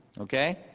okay